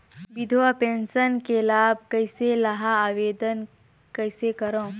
विधवा पेंशन के लाभ कइसे लहां? आवेदन कइसे करव?